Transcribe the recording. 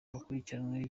abakurikiranyweho